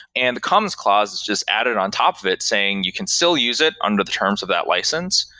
and the commons clause is just added on top of it, saying you can still use it under the terms of that license,